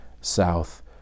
south